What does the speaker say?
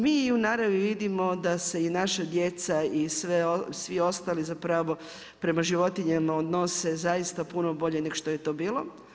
Mi u naravni vidimo da se i naša djeca i svi ostali prema životinjama odnose zaista puno bolje nego što je to bilo.